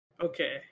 Okay